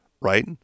right